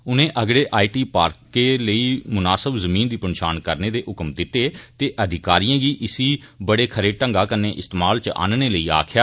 उनें अग्गडे I T पार्कें लेई मुनासब जीम दी पन्छान करने दे हुकम दित्ते ते अधिकारिएं गी इसी बड़े खरे ढंगा नै इस्तेमाल च आन्नने लेई आक्खेया